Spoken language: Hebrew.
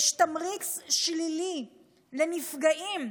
יש תמריץ שלילי לנפגעים,